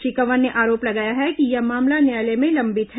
श्री कंवर ने आरोप लगाया है कि यह मामला न्यायालय में लंबित है